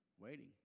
Waiting